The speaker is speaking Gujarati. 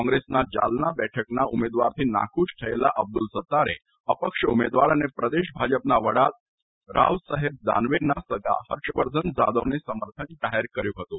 કોંગ્રેસના જાલના બેઠકના ઉમેદવારથી નાખુશ થયેલા અબ્દુલ સત્તારે અપક્ષ ઉમેદવાર અને પ્રદેશ ભાજપના વડા રાવ સાહેબ દાનવેના સગા હર્ષવર્ધન જાદવને સમર્થન જાહેર કર્યું હતું